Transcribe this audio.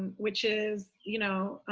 which is, you know,